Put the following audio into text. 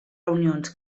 reunions